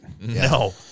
No